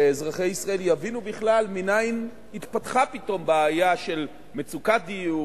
שאזרחי ישראל יבינו בכלל מנין התפתחה פתאום בעיה של מצוקת דיור,